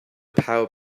power